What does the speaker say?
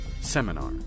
Seminar